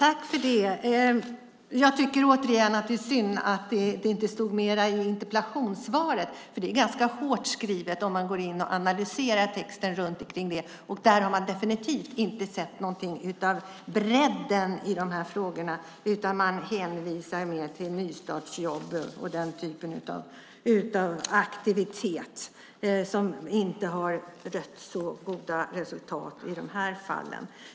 Fru talman! Jag tycker återigen att det är synd att det inte stod mer i interpellationssvaret. Det är ganska hårt skrivet om man går in och analyserar texten. Man har definitivt inte sett någonting av bredden i dessa frågor, utan man hänvisar mer till nystartsjobben och den typen av aktiviteter som inte har rönt så goda resultat i dessa fall.